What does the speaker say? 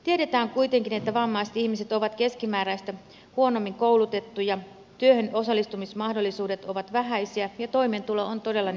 tiedetään kuitenkin että vammaiset ihmiset ovat keskimääräistä huonommin koulutettuja työhönosallistumismahdollisuudet ovat vähäisiä ja toimeentulo on todella niukkaa